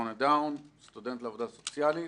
תסמונת דאון, סטודנט לעבודה סוציאלית.